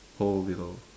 hole below